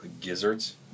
Gizzards